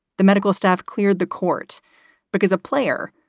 the medical staff cleared the court because a player,